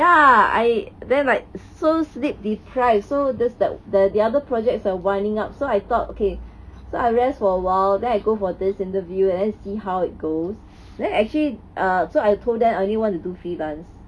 ya I then like so sleep deprived so this the the other projects are running up so I thought okay so I rest for awhile then I go for this interview and then see how it goes then actually err so I told them I only want to do freelance